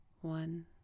One